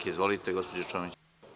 Izvolite, gospođo Čomić.